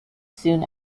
soon